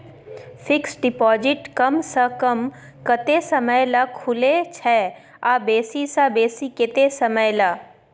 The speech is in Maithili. फिक्सड डिपॉजिट कम स कम कत्ते समय ल खुले छै आ बेसी स बेसी केत्ते समय ल?